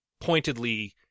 pointedly